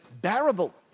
bearable